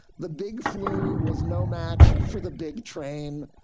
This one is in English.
the big flu was no match for the big train.